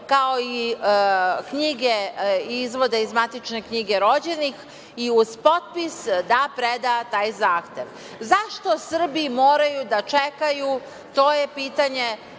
kao i Izvoda iz matične knjige rođenih i uz potpis da preda taj zahtev.Zašto Srbi moraju da čekaju, to je pitanje